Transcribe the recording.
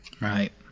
Right